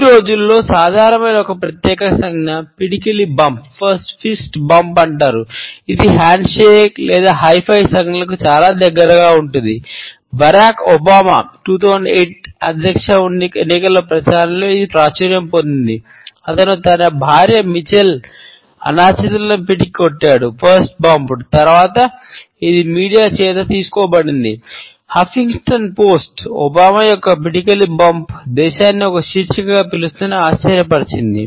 ఈ రోజుల్లో సాధారణమైన ఒక ప్రత్యేక సంజ్ఞ పిడికిలి బంప్ దేశాన్ని ఒక శీర్షికగా పిలుస్తుందని ఆశ్చర్యపరిచింది